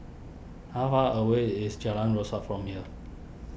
how far away is Jalan Rasok from here